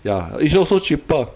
ya it's also cheaper